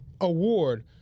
award